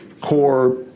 core